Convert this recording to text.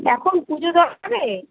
এখন পুজো দেওয়া যাবে